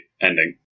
ending